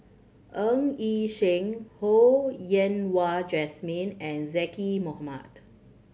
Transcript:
Ng Yi Sheng Ho Yen Wah Jesmine and Zaqy Mohamad